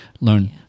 learn